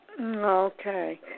Okay